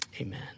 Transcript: Amen